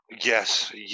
yes